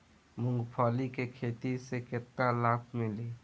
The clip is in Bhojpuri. मूँगफली के खेती से केतना लाभ मिली?